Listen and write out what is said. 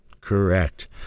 Correct